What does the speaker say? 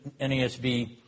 NASB